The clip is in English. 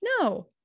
No